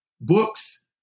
books